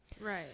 Right